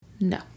No